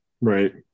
right